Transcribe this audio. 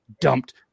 dumped